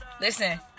listen